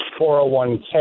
401k